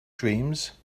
dreams